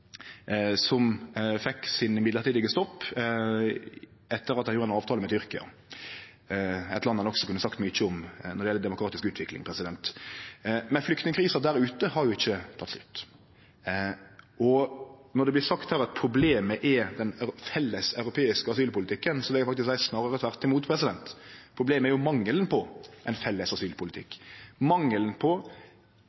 som fekk sin mellombelse stopp etter at ein gjorde ein avtale med Tyrkia – eit land ein også kunne sagt mykje om når det gjeld demokratisk utvikling. Men flyktningkrisa der ute har jo ikkje teke slutt. Når det blir sagt her at problemet er den felles europeiske asylpolitikken, vil eg faktisk seie: snarare tvert imot. Problemet er jo mangelen på ein felles asylpolitikk,